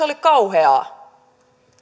oli kauheaa